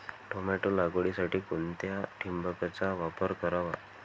Tomato लागवडीसाठी कोणत्या ठिबकचा वापर करावा?